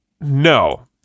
No